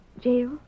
jail